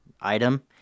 item